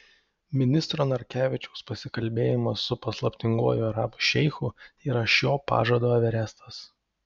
ministro narkevičiaus pasikalbėjimas su paslaptinguoju arabų šeichu yra šio pažado everestas